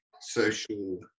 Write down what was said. social